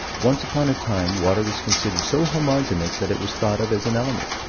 once upon a time water was considered so homogeneous that it was thought of as an element.